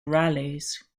rallies